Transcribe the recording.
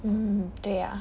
mm 对呀